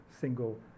single